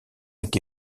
est